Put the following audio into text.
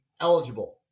eligible